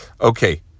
Okay